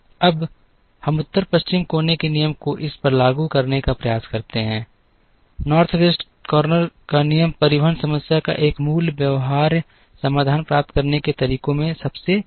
अब हम उत्तर पश्चिम कोने के नियम को इस पर लागू करने का प्रयास करते हैं उत्तर पश्चिम कोने का नियम परिवहन समस्या का एक मूल व्यवहार्य समाधान प्राप्त करने के तरीकों में सबसे सरल है